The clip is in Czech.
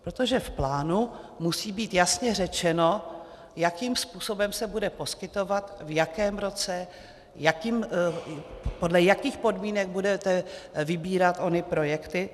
Protože v plánu musí být jasně řečeno, jakým způsobem se bude poskytovat, v jakém roce, podle jakých podmínek budete vybírat ony projekty.